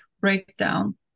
breakdown